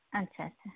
ᱟᱪᱪᱷᱟ ᱟᱪᱪᱷᱟ